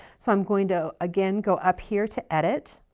so, i'm going to again go up here to edit.